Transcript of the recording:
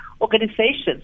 organizations